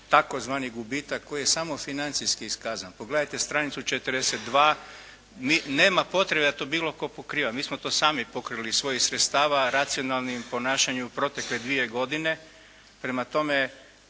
tzv. gubitak koji je samo financijski iskazan. Pogledajte stranicu 42. Nema potrebe da to bilo tko pokriva. Mi smo to sami pokrili iz svojih sredstava racionalnim ponašanjem u protekle dvije godine.